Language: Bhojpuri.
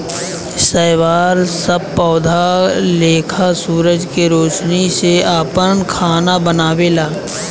शैवाल सब पौधा लेखा सूरज के रौशनी से आपन खाना बनावेला